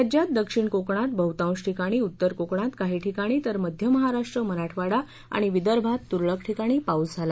राज्यात दक्षिण कोकणात बहतांश ठिकाणी उत्तर कोकणात काही ठिकाणी तर मध्य महाराष्ट्र मराठवाडा आणि विदर्भात तुरळक ठिकाणी पाऊस झाला